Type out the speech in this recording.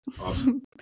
Awesome